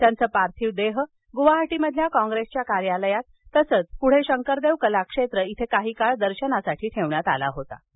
त्यांचं पार्थिव गुवाहाटीमधल्या कॉंग्रैसच्या कार्यालयात तसंच पुढे शंकरदेव कलाक्षेत्र इथं काही काळ दर्शनासाठी ठेवलं होतं